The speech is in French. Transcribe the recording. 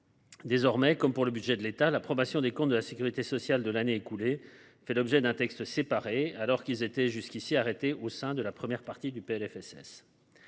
Désormais, comme pour le budget de l’État, l’approbation des comptes de la sécurité sociale de l’année écoulée fait l’objet d’un texte séparé, alors que ceux ci étaient jusqu’à présent arrêtés au sein de la première partie du projet